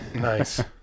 Nice